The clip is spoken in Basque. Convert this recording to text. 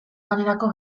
lanerako